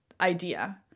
idea